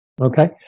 Okay